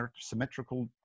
symmetrical